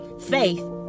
faith